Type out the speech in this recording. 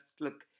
look